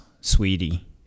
sweetie